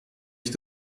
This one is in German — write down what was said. ich